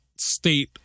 state